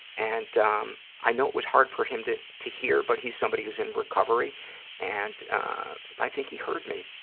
and ah um i know it was hard for him to to hear, but he's somebody who's in recovery and i think he heard me.